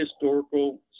historical